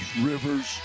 rivers